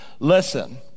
Listen